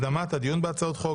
הקדמת הדיון בהצעות חוק,